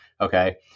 Okay